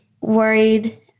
worried